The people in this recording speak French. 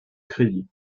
crédit